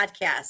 Podcast